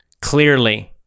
clearly